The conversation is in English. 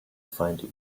find